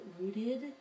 rooted